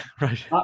Right